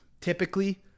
Typically